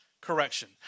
correction